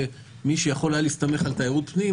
שמי שהיה יכול להסתמך על תיירות פנים,